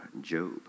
Job